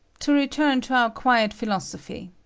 to return to our quiet philosophy.